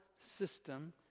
system